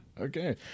Okay